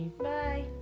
Bye